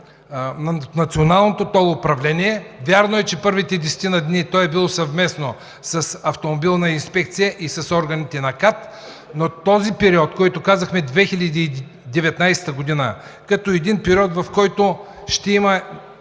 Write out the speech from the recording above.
на Националното тол управление. Вярно е, че през първите десетина дни е било съвместно с Автомобилна инспекция и с органите на КАТ, но този период, за който казахме – 2019 г., като период, в който ще има